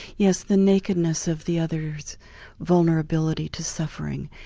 yes, the nakedness of the other's vulnerability to suffering,